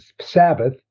Sabbath